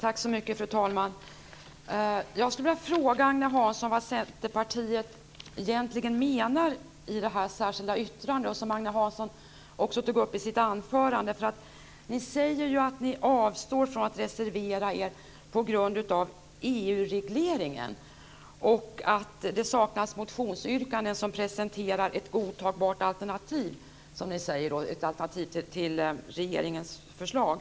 Fru talman! Jag skulle vilja fråga Agne Hansson vad Centerpartiet egentligen menar i det särskilda yttrandet, som Agne Hansson också tog upp i sitt anförande. Ni säger att ni avstår från att reservera er på grund av EU-regleringen och att det saknas motionsyrkanden som presenterar ett godtagbart alternativ till regeringens förslag.